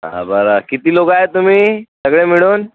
बरं किती लोकं आहेत तुम्ही सगळे मिळून